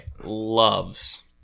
loves